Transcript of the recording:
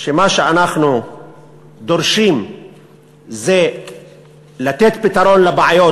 שמה שאנחנו דורשים זה לתת פתרון לבעיות